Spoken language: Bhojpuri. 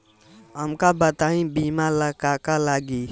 हमका बताई बीमा ला का का लागी?